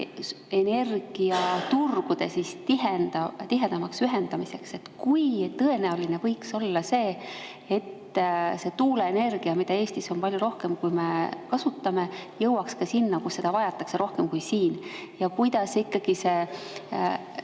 energiaturgude tihedamaks ühendamiseks. Kui tõenäoline võiks olla see, et see tuuleenergia, mida Eestis on palju rohkem, kui me kasutame, jõuaks ka sinna, kus seda vajatakse rohkem kui siin? Ja kuidas ikkagi see